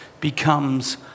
becomes